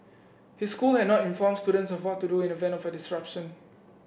his school had not informed students of what to do in event of disruption